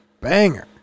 banger